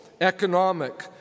economic